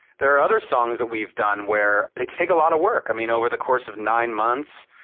there are other songs that we've done where, they take a lot of work. i mean, over the course of nine months,